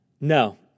no